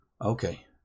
Okay